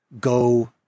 go